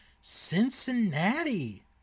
Cincinnati